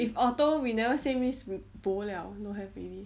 if auto we never say means bo liao don't have already